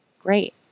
Great